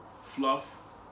fluff